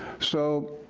so,